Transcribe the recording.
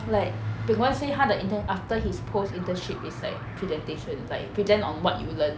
like bing wen say 他的 intern after his post-internship is like presentation like present on what you learn